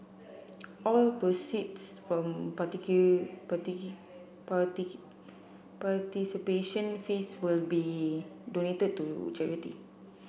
all proceeds from participation fees will be donated to charity